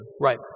Right